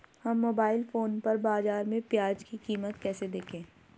हम mobile phone पर बाज़ार में प्याज़ की कीमत कैसे देखें?